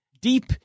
Deep